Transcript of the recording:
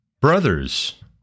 Brothers